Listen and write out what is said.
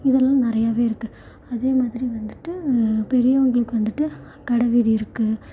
இதெல்லாம் நிறையாவே இருக்கு அதேமாதிரி வந்துவிட்டு பெரியவங்களுக்கு வந்துவிட்டு கடைவீதி இருக்கு